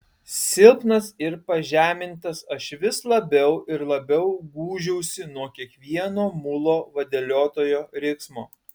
silpnas ir pažemintas aš vis labiau ir labiau gūžiausi nuo kiekvieno mulo vadeliotojo riksmo